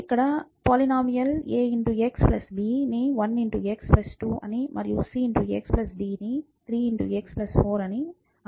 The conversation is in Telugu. ఇక్కడ పోలీనోమియల్ ax b ని 1 x 2 అని మరియు cx d ని 3 x4 అని అనుకుంటాము